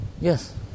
Yes